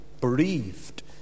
bereaved